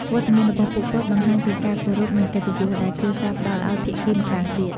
វត្តមានរបស់ពួកគាត់បង្ហាញពី ការគោរព និងកិត្តិយស ដែលគ្រួសារផ្ដល់ឲ្យភាគីម្ខាងទៀត។